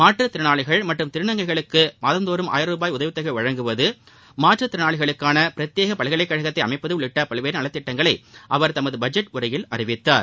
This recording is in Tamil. மாற்றுத் திறனாளிகள் மற்றும் திருநங்கைகளுக்கு மாதந்தோறும் ஆயிரம் ரூபாய் உதவித் தொகை வழங்குவது மாற்றுத் திறனாளிகளுக்கான பிரத்யேக பல்கலைக்கழகத்தை அமைப்பது உள்ளிட்ட பல்வேறு நலத்திட்டங்களை அவர் தனது பட்ஜெட் உரையில் அறிவித்தார்